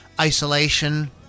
Isolation